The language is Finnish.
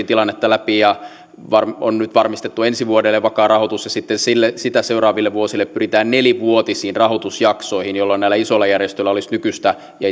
tilannetta läpi ja on nyt varmistettu ensi vuodelle vakaa rahoitus ja sitten sitä seuraaville vuosille pyritään nelivuotisiin rahoitusjaksoihin jolloin näillä isoilla järjestöillä olisi nykyistä ja